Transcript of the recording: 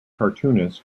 cartoonists